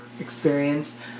experience